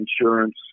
Insurance